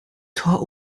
tor